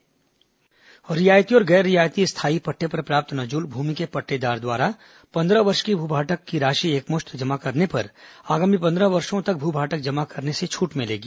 नजूल पट्टा शिविर रियायती और गैर रियायती स्थायी पट्टे पर प्राप्त नजूल भूमि के पट्टेदार द्वारा पंद्रह वर्ष की भू भाटक की राशि एकमुश्त जमा करने पर आगामी पंद्रह वर्षो तक भू भाटक जमा करने से छूट मिलेगी